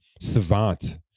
savant